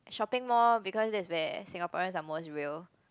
shopping mall because that's where Singaporeans are most real